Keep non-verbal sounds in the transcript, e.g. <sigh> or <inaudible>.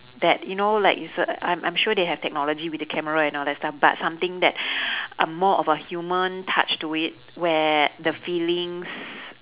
that you know like it's a I'm I'm sure they have technology with the camera and all that stuff but something that <breath> uh more of a human touch to it where the feelings